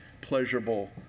pleasurable